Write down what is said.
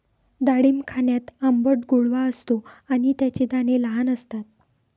डाळिंब खाण्यात आंबट गोडवा असतो आणि त्याचे दाणे लहान असतात